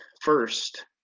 first